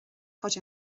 cuid